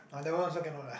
ah that one also cannot lah